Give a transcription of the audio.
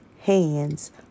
Hands